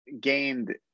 gained